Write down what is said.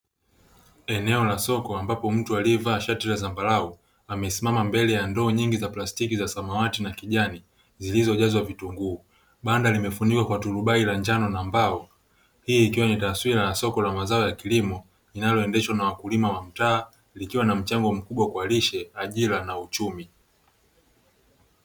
Eneo la soko ambapo mtu aliyevaa shati la zambarau amesimama mbele ya ndoo nyingi za plastiki za samawati na kijani zilizojazwa vitunguu, maana limefunikwa kwa turubai la njano. Hii ikiwa ni taswira ya soko la kilimo linaloendeshwa na wakulima wa mtaa; likiwa na mchango mkubwa kwa: lishe, ajira na uchumi.